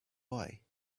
boy